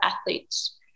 athletes